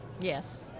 Yes